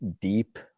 deep